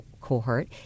cohort